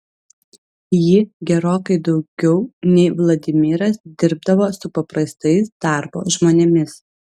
ji gerokai daugiau nei vladimiras dirbdavo su paprastais darbo žmonėmis